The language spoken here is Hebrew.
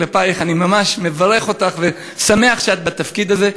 אני ממש מברך אותך ושמח שאת בתפקיד הזה.